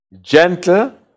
gentle